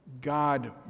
God